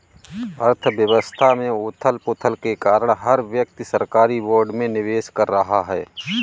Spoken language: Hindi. अर्थव्यवस्था में उथल पुथल के कारण हर व्यक्ति सरकारी बोर्ड में निवेश कर रहा है